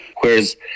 Whereas